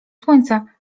słońca